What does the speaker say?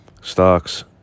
stocks